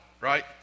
right